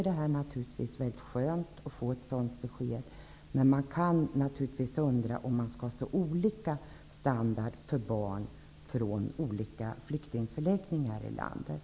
Det är naturligtvis mycket skönt att få ett sådant besked för de barn som går i grundskolorna, men man kan undra om vi skall ha så olika standard för barn från olika flyktingförläggningar i landet.